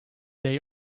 they